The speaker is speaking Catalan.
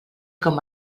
com